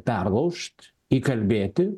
perlaužt įkalbėti